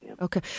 Okay